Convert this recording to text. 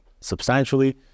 substantially